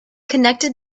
connected